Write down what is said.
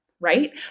right